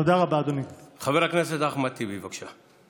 חבר הכנסת אחמד טיבי, בבקשה.